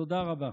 תודה רבה.